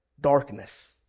darkness